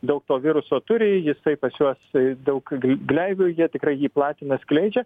daug to viruso turi jisai pas juos daug gleivių jie tikrai jį platina skleidžia